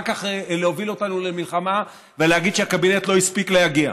כך להוביל אותנו למלחמה ולהגיד שהקבינט לא הספיק להגיע.